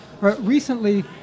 Recently